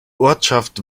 ortschaft